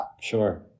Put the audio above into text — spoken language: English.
Sure